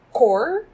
core